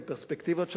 עם פרספקטיבות שונות,